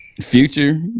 Future